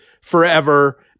forever